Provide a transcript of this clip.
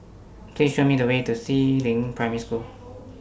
Please Show Me The Way to Si Ling Primary School